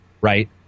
right